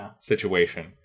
situation